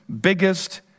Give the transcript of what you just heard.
biggest